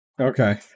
Okay